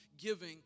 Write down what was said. giving